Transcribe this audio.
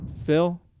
Phil